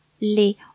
les